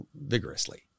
vigorously